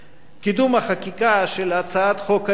קידום החקיקה של הצעת חוק העיריות